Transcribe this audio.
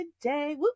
today